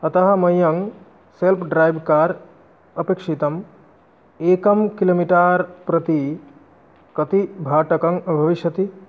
अतः मह्यं self drive car अपेक्षितम् एकं किलोमिटार् प्रति कति भाटकं भविष्यति